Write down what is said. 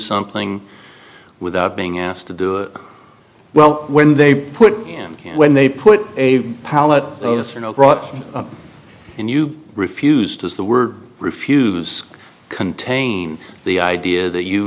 something without being asked to do it well when they put in when they put a pallet notice you know brought in you refused as the were refuse contain the idea that you